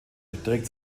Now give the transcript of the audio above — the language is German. trägt